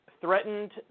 threatened